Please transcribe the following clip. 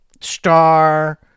star